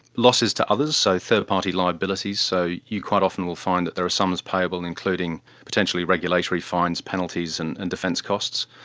losses to others, so third-party liabilities, so you quite often will find that there are sums payable, including potentially regulatory fines, penalties and and defence costs.